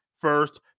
first